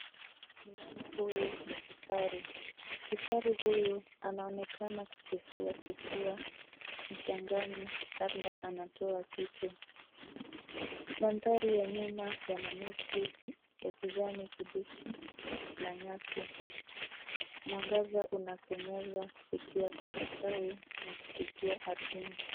Mnyama huyu ni kifaru. Kifaru huyu anaonekana kutifuatifua mchangani, labda anatoa kitu. Mandhari ya nyuma yana miti ya kijani kibichi na nyasi. Mwangaza unapenyeza kupitia kwa matawi na kufikia ardhini .